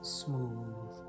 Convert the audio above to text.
smooth